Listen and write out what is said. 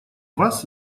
вас